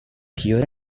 hear